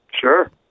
Sure